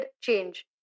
change